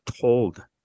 told